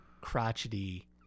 crotchety